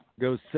goes